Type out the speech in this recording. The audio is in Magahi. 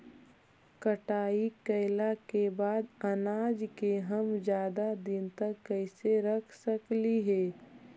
कटाई कैला के बाद अनाज के हम ज्यादा दिन तक कैसे रख सकली हे?